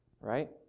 right